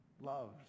loves